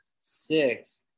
six